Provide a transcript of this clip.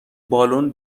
بالن